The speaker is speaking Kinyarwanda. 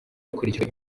hakurikijwe